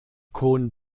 cohn